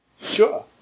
Sure